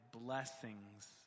blessings